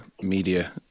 media